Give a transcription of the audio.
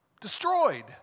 destroyed